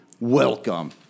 welcome